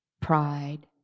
pride